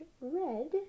red